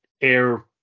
air